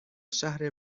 شهر